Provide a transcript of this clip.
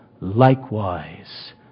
likewise